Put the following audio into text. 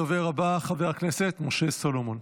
הדובר הבא, חבר הכנסת משה סולומון.